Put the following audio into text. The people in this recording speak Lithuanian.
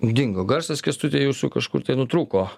dingo garsas kęstuti jūsų kažkur tai nutrūko